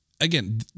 Again